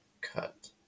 Cut